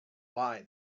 lie